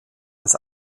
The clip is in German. als